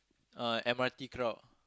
uh M_R_T crowd